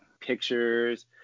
pictures